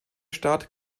stadt